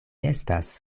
estas